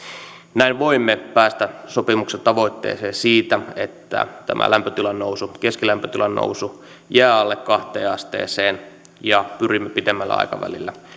näin voimme päästä sopimuksen tavoitteeseen siitä että tämä keskilämpötilan nousu jää alle kahteen asteeseen ja pyrimme pitemmällä aikavälillä yhteen